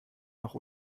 noch